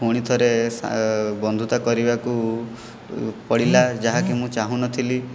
ପୁଣି ଥରେ ସା ବନ୍ଧୁତା କରିବାକୁ ପଡ଼ିଲା ଯାହାକି ମୁଁ ଚାହୁଁନଥିଲି